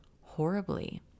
horribly